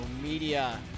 Media